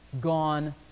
gone